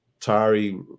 Tari